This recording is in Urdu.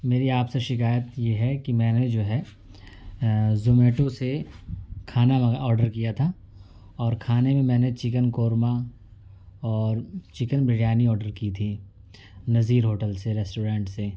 میری آپ سے شکایت یہ ہے کہ میں نے جو ہے زومیٹو سے کھانا آڈر کیا تھا اور کھانے میں میں نے چکن قورما اور چکن بریانی آڈر کی تھی نظیر ہوٹل سے ریسٹورنٹ سے